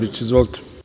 Izvolite.